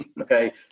Okay